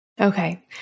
Okay